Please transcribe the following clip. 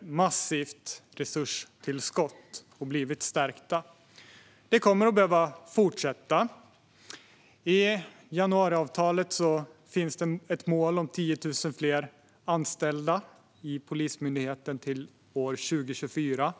massiva resurstillskott och blivit stärkta. Det kommer att behöva fortsätta. I januariavtalet finns ett mål om 10 000 fler anställda i Polismyndigheten till år 2024.